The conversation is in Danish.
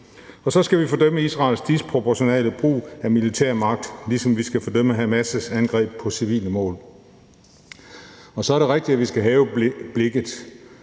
Så skal vi fordømme Israels disproportionale brug af militær magt, ligesom vi skal fordømme Hamas' angreb på civile mål. Det er også rigtigt, at vi skal hæve blikket.